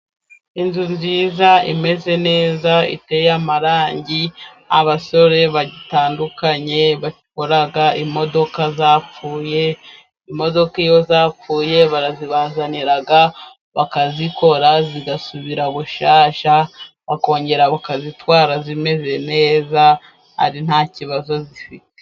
Inzu nziza imeze neza iteye amarangi, abasore batandukanye bakora imodoka zapfuye, imodoka iyo zapfuye barabazanira bakazikora zigasubira bushyashya, bakongera bakazitwara zimeze neza ari nta kibazo zifite.